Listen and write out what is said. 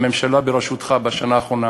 בשנה האחרונה